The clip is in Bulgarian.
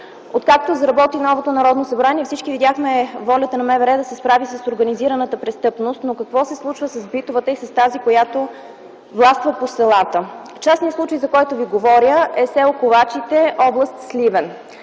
Откакто заработи новото Народно събрание, всички видяхме волята на МВР да се справи с организираната престъпност, но какво се случва с битовата и с тази, която властва по селата? Частният случай, за който ви говоря, е с. Ковачите, област Сливен.